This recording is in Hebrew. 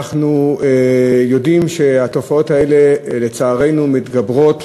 אנחנו יודעים שהתופעות האלה, לצערנו, מתגברות,